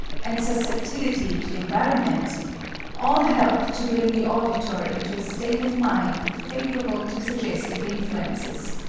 and susceptibility to environment all help to bring the auditor into a state of mind favorable to suggestive influences,